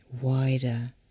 wider